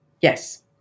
Yes